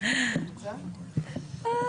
טוב, די, די, די, די, אופיר.